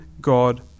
God